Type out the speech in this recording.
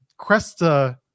Cresta